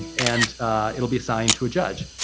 and it'll be assigned to a judge.